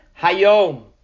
Hayom